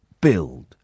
build